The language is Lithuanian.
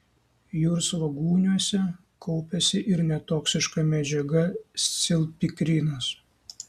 jūrsvogūniuose kaupiasi ir netoksiška medžiaga scilpikrinas